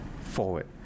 forward